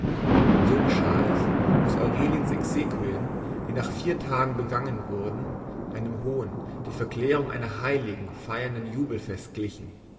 und so geschah es daß aureliens exequien die nach vier tagen begangen wurden einem hohen die verklärung einer heiligen feiernden